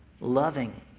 loving